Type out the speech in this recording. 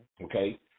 Okay